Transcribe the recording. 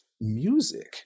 music